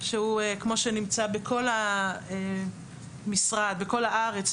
שהוא כמו שנמצא בחוסר כמו בכל הארץ,